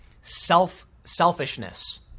self-selfishness